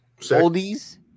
oldies